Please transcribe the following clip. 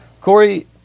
Corey